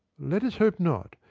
let us hope not.